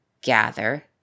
gather